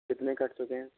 कितने कट चुके हैं